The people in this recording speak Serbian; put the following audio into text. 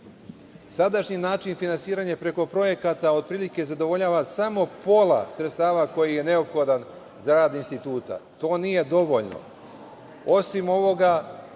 način finansiranja preko projekata otprilike zadovoljava samo pola sredstava koji je neophodan za rad instituta. To nije dovoljno. Osim ovoga,